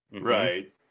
right